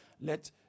let